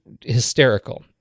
hysterical